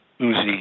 Uzi